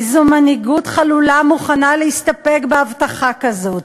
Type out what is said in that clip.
איזו מנהיגות חלולה מוכנה להסתפק בהבטחה כזאת?